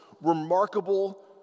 remarkable